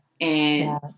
And-